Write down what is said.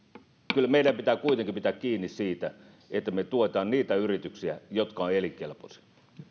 kyllä meidän pitää kuitenkin pitää kiinni siitä että me tuemme niitä yrityksiä jotka ovat elinkelpoisia